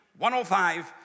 105